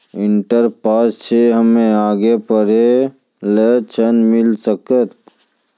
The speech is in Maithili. इंटर पास छी हम्मे आगे पढ़े ला ऋण मिल सकत?